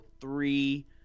three